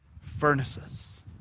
furnaces